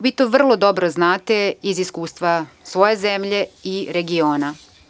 Vi to vrlo dobro znate iz iskustva svoje zemlje i regiona.